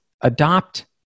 adopt